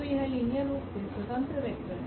तो यह लीनियर रूप से स्वतंत्र वेक्टर है